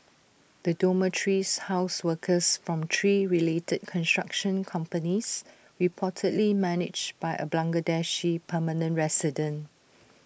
the dormitories housed workers from three related construction companies reportedly managed by A Bangladeshi permanent resident